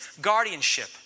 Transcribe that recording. guardianship